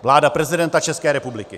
Vláda prezidenta České republiky.